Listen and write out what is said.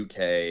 UK